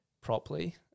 properly